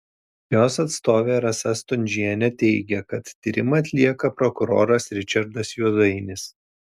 jos atstovė rasa stundžienė teigė kad tyrimą atlieka prokuroras ričardas juozainis